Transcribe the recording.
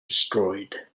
destroyed